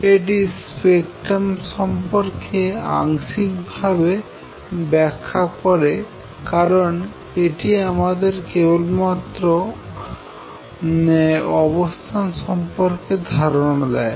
এটি স্পেক্ট্রাম সম্পর্কে আংশিক ভাবে ব্যাখ্যা করে কারণ এটি আমাদের কেবলমাত্র অবস্থান সম্পর্কে ধারণা দেয়